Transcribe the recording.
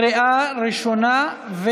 בקריאה ראשונה.